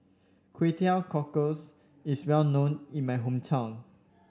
Kway Teow Cockles is well known in my hometown